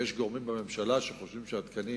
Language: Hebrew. יש גורמים בממשלה שחושבים שהתקנים